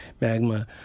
magma